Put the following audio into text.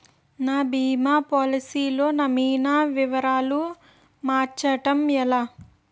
నా భీమా పోలసీ లో నామినీ వివరాలు మార్చటం ఎలా?